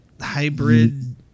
hybrid